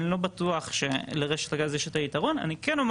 אני לא בטוח שלרשת הגז יש את היתרון.